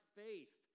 faith